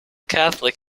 catholic